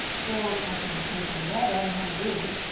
so i can type in weather in honolulu.